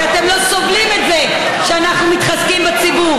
כי אתם לא סובלים את זה שאנחנו מתחזקים בציבור,